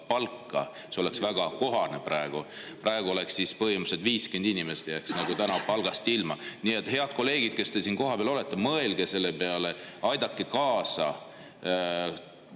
palka, oleks väga kohane praegu. Täna jääks siis põhimõtteliselt 50 inimest palgast ilma. Nii et, head kolleegid, kes te siin kohapeal olete, mõelge selle peale, aidake kaasa